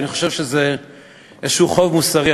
ואני חושב שיש בזה איזשהו חוב מוסרי,